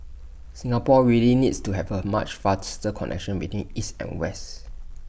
Singapore really needs to have A much faster connection between east and west